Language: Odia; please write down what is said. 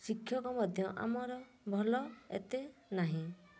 ଶିକ୍ଷକ ମଧ୍ୟ ଆମର ଭଲ ଏତେ ନାହିଁ